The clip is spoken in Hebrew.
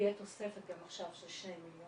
תהיה תוספת גם עכשיו של 2 מיליון